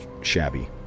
shabby